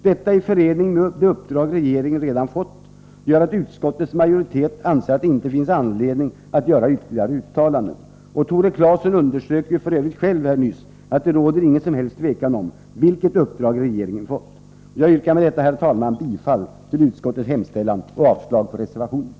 Detta i förening med det uppdrag regeringen redan fått gör att utskottets majoritet anser att det inte finns anledning att göra ytterligare uttalanden. Tore Claeson underströk själv att det inte råder något som helst tvivel om vilket uppdrag regeringen har fått. Jag yrkar med detta, herr talman, bifall till utskottets hemställan och avslag på reservationen.